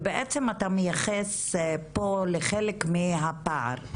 ובעצם אתה מייחס פה לחלק מהפער.